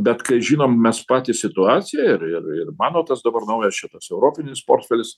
bet kai žinom mes patys situaciją ir ir ir mano tas dabar naujas čia tas europinis portfelis